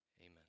amen